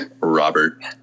Robert